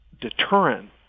deterrent